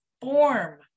form